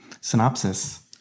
synopsis